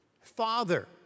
father